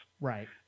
Right